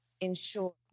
ensure